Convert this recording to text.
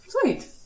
sweet